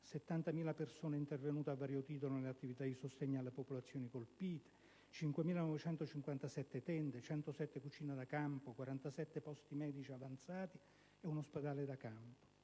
70.000 persone intervenute a vario titolo nelle attività di sostegno alla popolazione colpita, con 5.957 tende, 107 cucine da campo, 47 posti medici avanzati e un ospedale da campo;